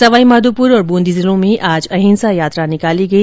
सवाई माधोपुर और ब्रंदी जिलों में आज अहिंसा यात्रा निकाली गई